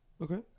Okay